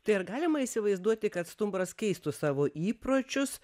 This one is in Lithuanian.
tai ar galima įsivaizduoti kad stumbras keistų savo įpročius